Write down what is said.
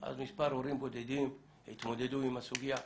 אז מספר הורים בודדים התמודדו עם הסוגיה,